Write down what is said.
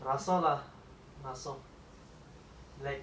like I was thinking